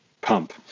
pump